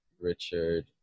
Richard